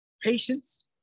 Patience